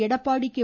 Edappadi K